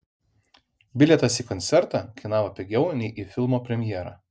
bilietas į koncertą kainavo pigiau nei į filmo premjerą